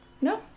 No